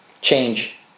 change